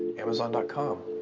amazon com,